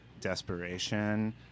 desperation